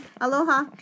Aloha